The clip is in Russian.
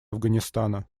афганистана